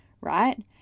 right